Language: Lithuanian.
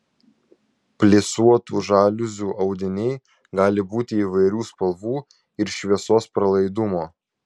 plisuotų žaliuzių audiniai gali būti įvairių spalvų ir šviesos pralaidumo